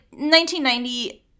1990